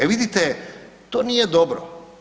E vidite, to nije dobro.